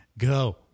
go